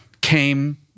came